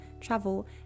travel